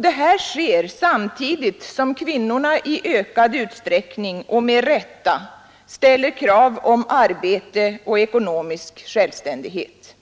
Detta sker samtidigt som kvinnorna i ökad utsträckning och med rätta ställer krav på arbete och ekonomisk självständighet.